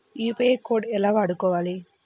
UPI code ఎలా వాడుకోవాలి?